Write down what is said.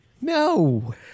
No